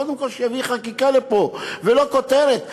קודם כול שיביא חקיקה לפה, ולא כותרת.